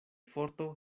forto